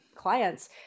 clients